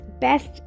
best